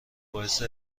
باعث